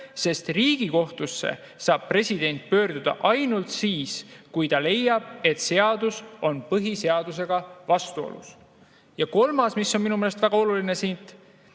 sest Riigikohtusse saab president pöörduda ainult siis, kui ta leiab, et seadus on põhiseadusega vastuolus. Ja kolmas, mis on minu meelest väga oluline siin: